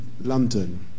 London